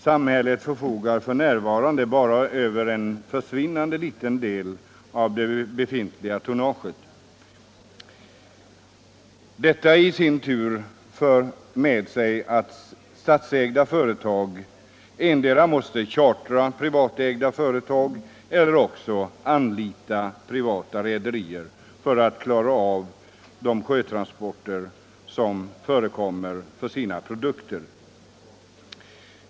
Samhället förfogar f. n. över en försvinnande liten del av befintligt tonnage. Detta för i sin tur med sig att statsägda företag endera måste chartra privatägda fartyg eller anlita privata rederier för att klara sjötransporterna av sina produkter.